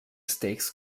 steaks